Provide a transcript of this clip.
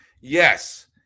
Yes